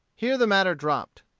here the matter dropped.